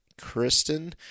Kristen